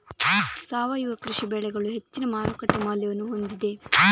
ಸಾವಯವ ಕೃಷಿ ಬೆಳೆಗಳು ಹೆಚ್ಚಿನ ಮಾರುಕಟ್ಟೆ ಮೌಲ್ಯವನ್ನು ಹೊಂದಿದೆ